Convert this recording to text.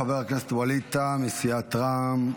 חבר הכנסת ווליד טאהא מסיעת רע"מ,